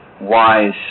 wise